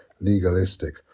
legalistic